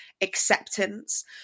acceptance